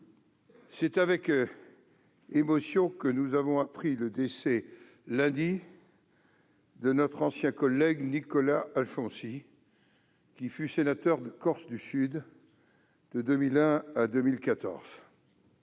c'est avec émotion que nous avons appris le décès, lundi, de notre ancien collègue Nicolas Alfonsi, qui fut sénateur de la Corse-du-Sud de 2001 à 2014.